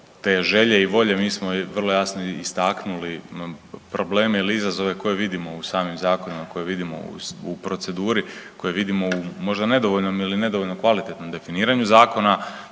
te želje i volje mi smo vrlo jasno istaknuli probleme ili izazove koje vidimo u samim zakonima, koje vidimo u proceduri, koje vidimo u možda nedovoljnom ili nedovoljno kvalitetnom definiranju zakona,